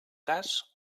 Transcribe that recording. cas